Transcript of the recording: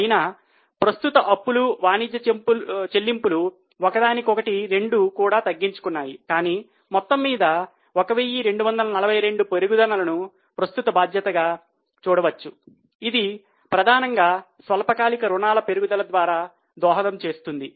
అయినా ప్రస్తుత అప్పులు వాణిజ్య చెల్లింపులు ఒకదానికొకటి రెండూ కూడా తగ్గించుకున్నాయి కానీ మొత్తం మీద 1242 పెరుగుదలను ప్రస్తుత బాధ్యతగా చూడవచ్చు ఇది ప్రధానంగా స్వల్పకాలిక రుణాల పెరుగుదల ద్వారా దోహదం చేస్తుంది